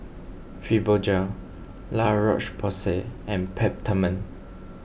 Fibogel La Roche Porsay and Peptamen